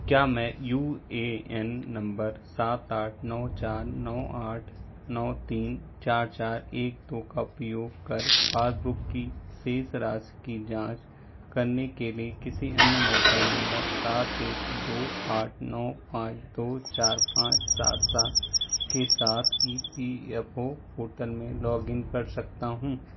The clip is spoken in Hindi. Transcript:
क्या मै यू ए एन नंबर सात आठ नौ चार नौ आठ नौ तीन चार चार एक दो का उपयोग कर पासबुक की शेष राशि की जांच करने के लिए किसी अन्य मोबाइल नंबर सात एक दो आठ नौ पाँच दो चार पाँच सात सात के साथ E P F O portal में लॉगिन कर सकता हूँ